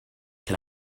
can